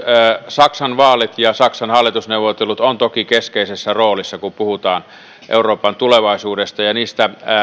saksan vaalit ja saksan hallitusneuvottelut ovat toki keskeisessä roolissa kun puhutaan euroopan tulevaisuudesta ja niistä